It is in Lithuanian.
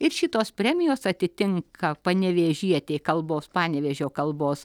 ir šitos premijos atitinka panevėžietė kalbos panevėžio kalbos